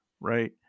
right